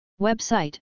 Website